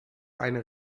eine